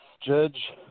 Judge